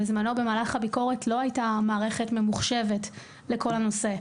במהלך הביקורת לא הייתה מערכת ממוחשבת שטיפלה בנושא.